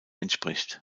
entspricht